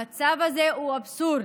המצב הזה הוא אבסורד.